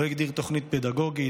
לא הגדיר תוכנית פדגוגית,